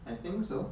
I think so